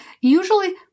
usually